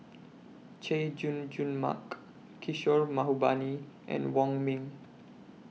Chay Jung Jun Mark Kishore Mahbubani and Wong Ming